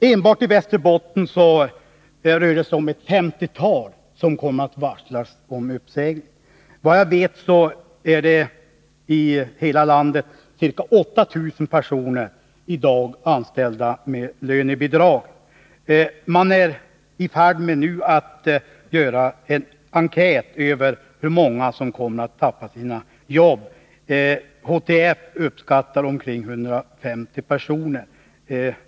Enbart i Västerbotten rör det sig om ett femtiotal anställda som kommer att varslas om uppsägning. I hela landet är det, såvitt jag vet, ca 8000 personer som är anställda med lönebidrag. Man är nu i färd med att göra en enkät om hur många som kommer att förlora sina jobb. HTF uppskattar att det är omkring 150 personer.